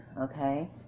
okay